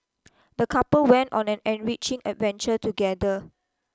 the couple went on an enriching adventure together